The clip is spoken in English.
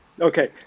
Okay